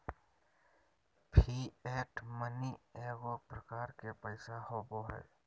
fiat money एगो प्रकार के पैसा होबो हइ